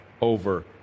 over